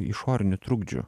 išorinių trukdžių